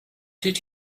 did